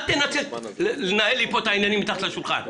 אל תנצל לנהל לי פה את העניינים מתחת לשולחן.